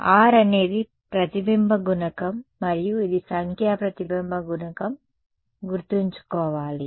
R అనేది ప్రతిబింబ గుణకం మరియు ఇది సంఖ్యా ప్రతిబింబ గుణకం గుర్తుంచుకోవాలి